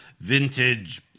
vintage